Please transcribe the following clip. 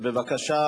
אז זה מתאים לשאול.